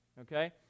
Okay